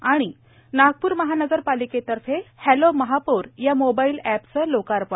आणि नागपूर महानगरपालिकेतर्फे हॅलो महापौर या मोबाईल एपचं लोकार्पण